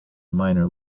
minor